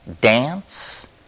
dance